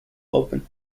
open